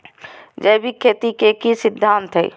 जैविक खेती के की सिद्धांत हैय?